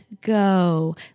go